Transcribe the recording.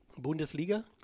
Bundesliga